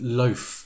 loaf